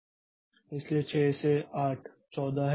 इसलिए 6 से 8 14 है